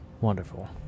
wonderful